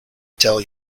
tell